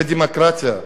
זה דמוקרטיה.